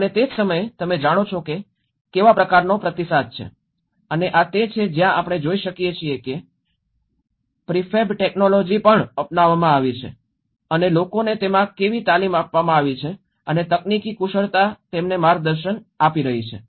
અને તે જ સમયે તમે જાણો છો કે કેવા પ્રકારનો પ્રતિસાદ છે અને આ તે છે જ્યાં આપણે જોઈ શકીએ છીએ કે પ્રિફેબ ટેક્નોલોજી પણ અપનાવવામાં આવી છે અને લોકોને તેમાં કેવી તાલીમ આપવામાં આવી છે અને તકનીકી કુશળતા તેમને માર્ગદર્શન આપી રહી છે